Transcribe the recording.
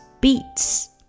beets